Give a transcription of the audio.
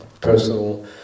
personal